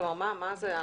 כלומר מה זה?